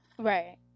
Right